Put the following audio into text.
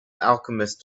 alchemist